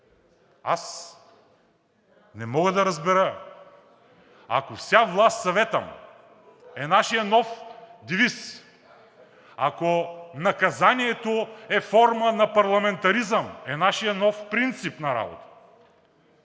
аз не мога да разбера – ако „Вся власть Советам!“ е нашият нов девиз, ако наказанието е форма на парламентаризъм и нашият нов принцип на работа